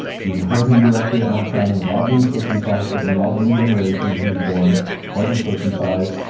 even heard him directly at mount sinai, without being circumcised, certainly all the new generation who was born wasn't circumcised.